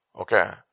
Okay